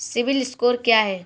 CIBIL score क्या है?